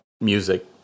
music